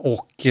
Och